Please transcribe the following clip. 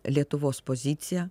lietuvos pozicija